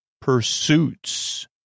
Pursuits